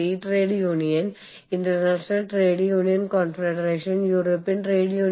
കൂടാതെ ഈ മുഴുവൻ സങ്കീർണ്ണ പ്രവർത്തനവും നിങ്ങൾ അറിയേണ്ടതുണ്ട്